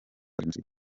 jenoside